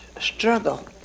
struggle